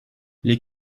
les